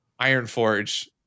Ironforge